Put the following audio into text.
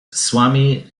swami